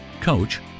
coach